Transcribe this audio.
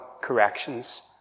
corrections